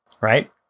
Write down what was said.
right